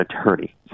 attorney